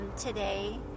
today